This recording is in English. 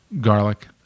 Garlic